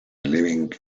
living